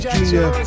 Junior